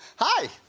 hi.